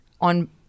on